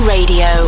Radio